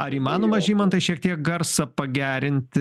ar įmanoma žymantai šiek tiek garsą pagerinti